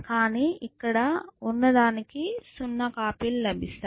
కానీ ఇక్కడ ఉన్నదానికి 0 కాపీలు లభిస్తాయి